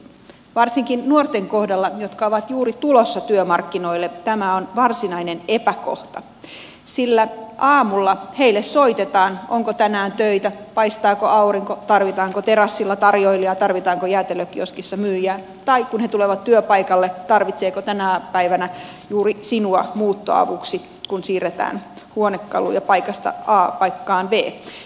varsinkin nuorten kohdalla jotka ovat juuri tulossa työmarkkinoille tämä on varsinainen epäkohta sillä aamulla heille soitetaan onko tänään töitä paistaako aurinko tarvitaanko terassilla tarjoilijaa tarvitaanko jäätelökioskissa myyjiä tai kun he tulevat työpaikalle ilmoitetaan tarvitaanko tänä päivänä juuri sinua muuttoavuksi kun siirretään huonekaluja paikasta a paikkaan b